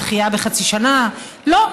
"דחייה בחצי שנה" לא.